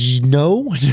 No